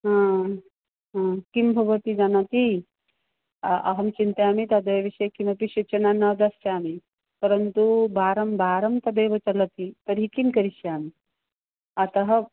किं भवति जानाति अहं चिन्तयामि तद्विषये कामपि सूचनां ना दास्यामि परन्तु वारं वारं तदेव चलति तर्हि किं करिष्यामि अतः